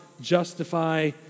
justify